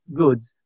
goods